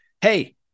Hey